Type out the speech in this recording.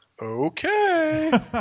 Okay